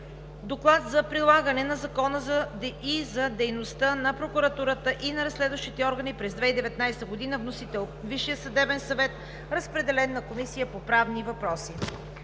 Доклад за прилагане на Закона за дейността на прокуратурата и на разследващите органи през 2019 г. Вносител – Висшият съдебен съвет. Разпределен е на Комисията по правни въпроси.